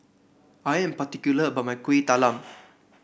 I am particular about my Kueh Talam